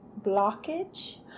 blockage